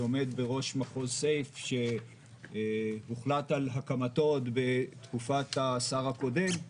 שעומד בראש אגף סייף שהוחלט על הקמתו בתקופת השר הקודם,